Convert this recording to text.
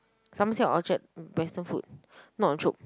Somerset or Orchard basement food not the Chope